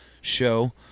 show